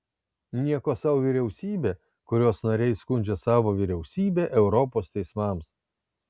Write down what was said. nieko sau vyriausybė kurios nariai skundžia savo vyriausybę europos teismams